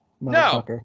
No